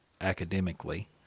academically